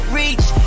reach